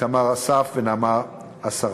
איתמר אסף ונעמה אסרף.